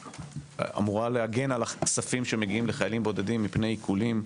שאמורה להגן על הכספים שמגיעים לחיילים בודדים מפני עיקולים,